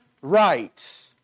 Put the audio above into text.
right